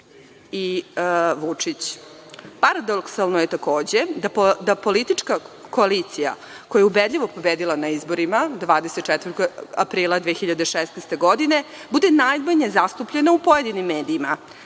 Vučić. Paradoksalno je, takođe, da politička koalicija koja je ubedljivo pobedila na izborima 24. aprila 2016. godine bude najmanje zastupljena u pojedinim medijima.